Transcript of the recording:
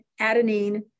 adenine